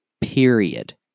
period